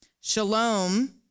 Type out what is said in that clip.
Shalom